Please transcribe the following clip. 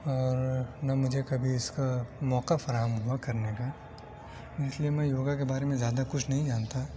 اور نہ مجھے کبھی اس کا موقعہ فراہم ہوا کرنے کا اس لیے میں یوگا کے بارے میں زیادہ کچھ نہیں جانتا